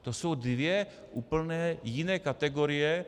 To jsou dvě úplně jiné kategorie.